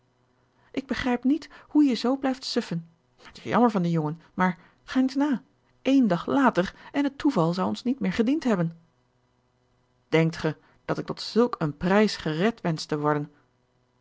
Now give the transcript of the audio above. ik begrijp niet hoe je zoo blijft suffen het is jammer van den jongen maar ga eens na één dag later en het toeval zou ons niet meer gediend hebben denkt ge dat ik tot zulk een prijs gered wensch te worden